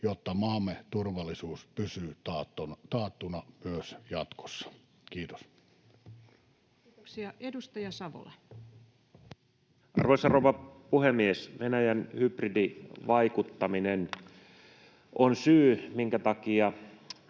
jotta maamme turvallisuus pysyy taattuna myös jatkossa. — Kiitos. Kiitoksia. — Edustaja Savola. Arvoisa rouva puhemies! Venäjän hybridivaikuttaminen on syy, minkä takia